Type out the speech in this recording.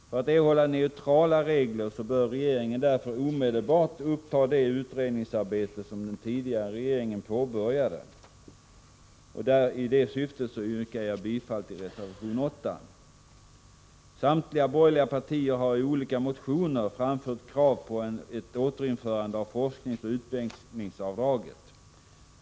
För att neutrala regler skall erhållas bör regeringen omedelbart uppta det utredningsarbete som den tidigare regeringen påbörjade. I det syftet yrkar jag bifall till reservation 8. Samtliga borgerliga partier har i olika motioner framfört krav på ett återinförande av forskningsoch utvecklingsavdraget.